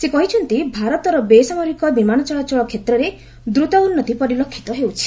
ସେ କହିଛନ୍ତି ଭାରତର ବେସାମରିକ ବିମାନ ଚଳାଚଳ କ୍ଷେତ୍ରରେ ଦ୍ରତ ଉନ୍ତି ପରିଲକ୍ଷିତ ହେଉଛି